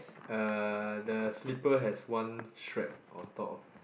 uh the slipper has one strap on top of